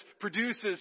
produces